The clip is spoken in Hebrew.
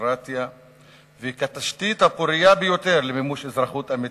ולדמוקרטיה וכתשתית הפורייה ביותר למימוש אזרחות אמיתית,